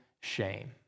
shame